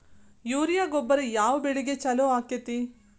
Urea ಗೊಬ್ಬರ ಯಾವ ಬೆಳಿಗೆ ಛಲೋ ಆಕ್ಕೆತಿ?